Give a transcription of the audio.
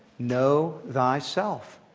know thyself.